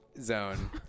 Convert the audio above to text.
zone